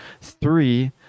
Three